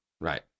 right